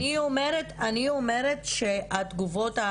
אבל אני אומרת שהתגובות,